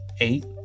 eight